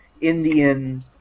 Indian